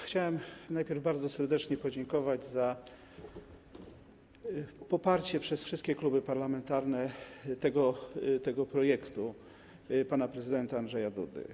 Chciałbym najpierw bardzo serdecznie podziękować za poparcie przez wszystkie kluby parlamentarne tego projektu pana prezydenta Andrzeja Dudy.